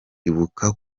ibuka